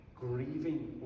grieving